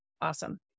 awesome